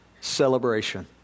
celebration